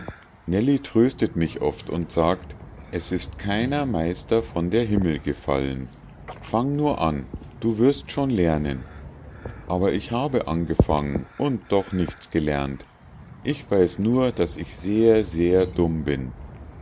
nellie tröstet mich oft und sagt es ist keiner meister von der himmel gefallen fang nur an du wirst schon lernen aber ich habe angefangen und doch nichts gelernt ich weiß nur daß ich sehr sehr dumm bin